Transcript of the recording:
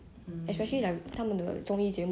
Running Man got the china version